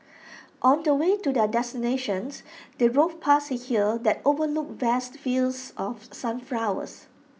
on the way to their destinations they drove past A hill that overlooked vast fields of sunflowers